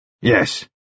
Yes